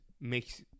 makes